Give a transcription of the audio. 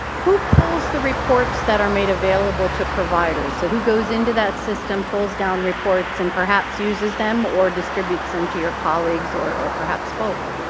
who pulls the reports that are made available to providers? so who goes into that system, pulls down reports and perhaps uses them or distributes them to your colleagues or or perhaps both?